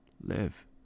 live